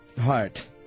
heart